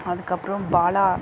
அதுக்கப்புறோம் பாலா